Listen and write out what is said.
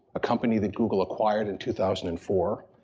a company that google acquired in two thousand and four.